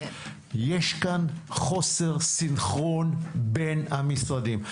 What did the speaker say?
יש כאן חוסר סנכרון בין המשרדים.